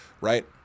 right